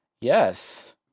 Yes